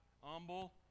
humble